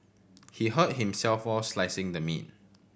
he hurt himself while slicing the meat